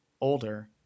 older